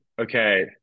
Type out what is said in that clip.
Okay